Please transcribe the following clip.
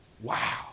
Wow